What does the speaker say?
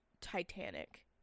Titanic